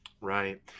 right